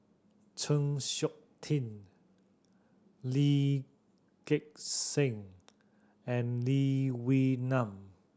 Chng Seok Tin Lee Gek Seng and Lee Wee Nam